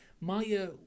Maya